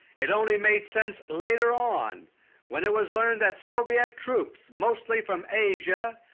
it only made sense later on when it was learned that soviet troops, mostly from asia,